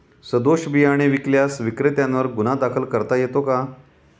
सदोष बियाणे विकल्यास विक्रेत्यांवर गुन्हा दाखल करता येतो का?